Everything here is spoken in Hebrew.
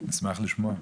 נשמח לשמוע.